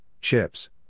chips